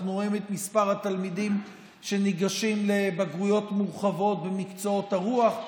אנחנו רואים את מספר התלמידים שניגשים לבגרויות מורחבות במקצועות הרוח.